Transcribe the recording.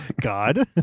God